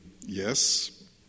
Yes